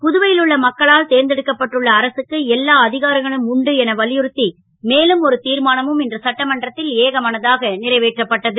புதுவை ல் உள்ள மக்களால் தேர்ந்தெடுக்கப்பட்டு உள்ள அரசுக்கு எல்லா அ காரங்களும் உண்டு என வலியுறுத் மேலும் ஒரு தீர்மானமும் இன்று சட்டமன்றத் ல் ஏகமனதாக றைவேற்றப்பட்டது